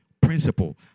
principle